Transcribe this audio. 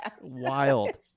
Wild